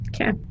Okay